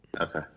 Okay